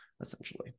essentially